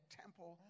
temple